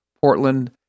Portland